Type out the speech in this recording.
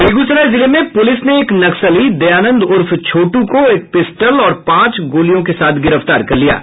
बेगूसराय जिले में पुलिस ने एक नक्सली दयानंद उर्फ छोटू को एक पिस्टल और पांच गोलियों के साथ गिरफ्तार किया है